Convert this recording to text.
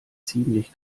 ziemlich